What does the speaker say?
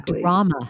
drama